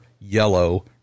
yellow